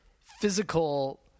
physical